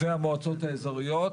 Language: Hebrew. והמועצות האיזוריות,